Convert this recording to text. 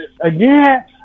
Again